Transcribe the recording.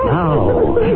now